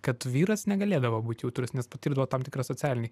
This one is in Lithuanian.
kad vyras negalėdavo būt jautrus nes patirdavo tam tikrą socialinį